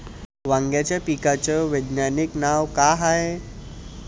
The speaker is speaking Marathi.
वांग्याच्या पिकाचं वैज्ञानिक नाव का हाये?